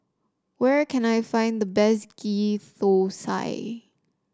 where can I find the best Ghee Thosai